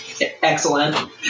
excellent